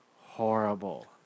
horrible